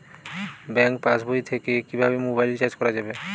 Bank পাশবই থেকে কিভাবে মোবাইল রিচার্জ করা যাবে?